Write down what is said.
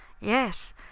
Yes